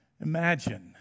Imagine